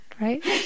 right